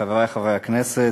חברי חברי הכנסת,